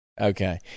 okay